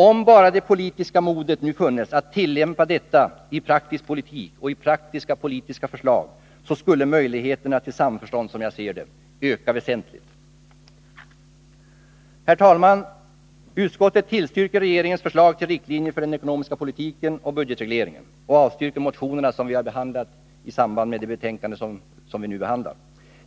Om bara det politiska modet funnes att tillämpa detta i praktisk politik och praktiska politiska förslag, så skulle möjligheterna till samförstånd, som jag ser det, öka väsentligt. Herr talman! Utskottet tillstyrker regeringens förslag till riktlinjer för den ekonomiska politiken och budgetreglering och avstyrker motionerna som vi har behandlat i nu föreliggande betänkande.